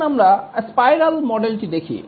এখন আমরা স্পাইরাল মডেলটি দেখি